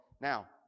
Now